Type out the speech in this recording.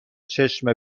چشم